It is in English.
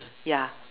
ya